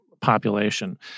population